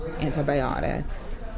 antibiotics